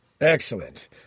Excellent